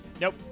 Nope